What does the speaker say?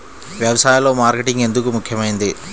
వ్యసాయంలో మార్కెటింగ్ ఎందుకు ముఖ్యమైనది?